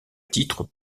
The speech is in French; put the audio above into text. titre